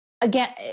again